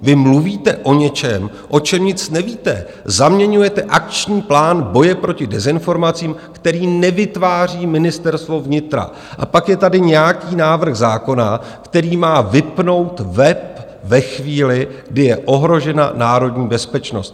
Vy mluvíte o něčem, o čem nic nevíte, zaměňujete Akční plán boje proti dezinformacím, který nevytváří Ministerstvo vnitra, a pak je tady nějaký návrh zákona, který má vypnout web ve chvíli, kdy je ohrožena národní bezpečnost.